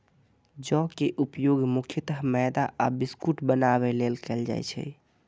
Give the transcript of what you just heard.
जौ के उपयोग मुख्यतः मैदा आ बिस्कुट बनाबै लेल कैल जाइ छै